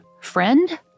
friend